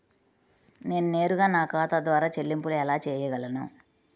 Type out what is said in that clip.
నేను నేరుగా నా ఖాతా ద్వారా చెల్లింపులు ఎలా చేయగలను?